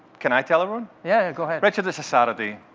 can i tell everyone? yeah, go ahead. richard, this is saturday.